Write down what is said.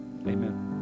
amen